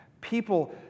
people